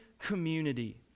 community